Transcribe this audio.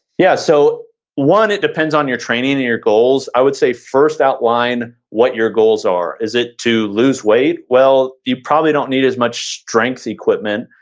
yeah, so one, it depends on your training and on your goals. i would say, first, outline what your goals are. is it to lose weight? well, you probably don't need as much strength equipment,